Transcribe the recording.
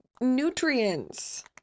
nutrients